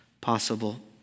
possible